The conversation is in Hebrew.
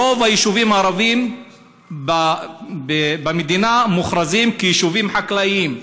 רוב היישובים הערביים במדינה מוכרזים כיישובים חקלאיים,